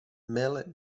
mele